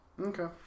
Okay